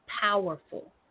powerful